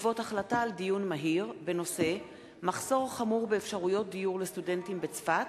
בעקבות דיון מהיר בנושא: מחסור חמור באפשרויות דיור לסטודנטים בצפת,